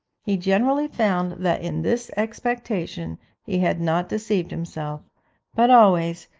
he generally found that in this expectation he had not deceived himself but always,